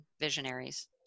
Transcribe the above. visionaries